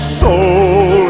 soul